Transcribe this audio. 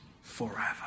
forever